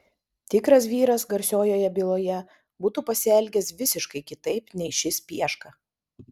tikras vyras garsiojoje byloje būtų pasielgęs visiškai kitaip nei šis pieška